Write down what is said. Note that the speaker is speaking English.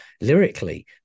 lyrically